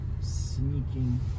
sneaking